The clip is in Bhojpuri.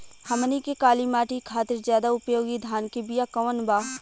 हमनी के काली माटी खातिर ज्यादा उपयोगी धान के बिया कवन बा?